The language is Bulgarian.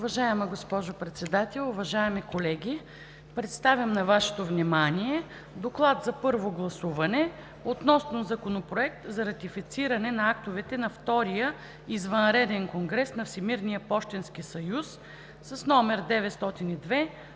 Уважаема госпожо Председател, уважаеми колеги! Представям на Вашето внимание „ДОКЛАД за първо гласуване относно Законопроект за ратифициране на актовете на Втория извънреден конгрес на Всемирния пощенски съюз, № 902-02-9,